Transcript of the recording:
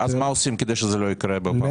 מה עושים כדי שזה לא יקרה בפעם הבאה?